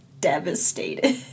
devastated